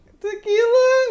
tequila